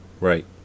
right